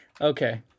okay